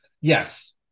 yes